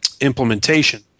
implementation